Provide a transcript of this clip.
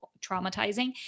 traumatizing